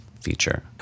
feature